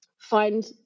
find